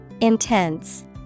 Intense